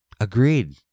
agreed